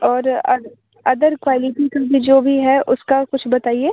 और other quality का भी जो भी है उसका कुछ बताइए